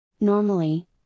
Normally